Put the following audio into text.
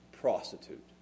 prostitute